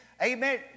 Amen